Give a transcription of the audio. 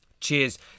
Cheers